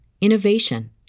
innovation